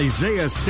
Isaiah